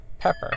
Pepper